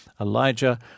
Elijah